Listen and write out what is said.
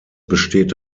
besteht